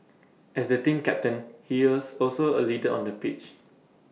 as the team captain he is also A leader on the pitch